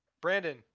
Brandon